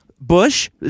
Bush